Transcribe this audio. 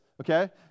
okay